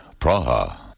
Praha